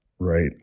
right